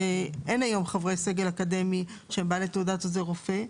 שאין היום חברי סגל אקדמי שהם בעלי תעודת עוזר רופא.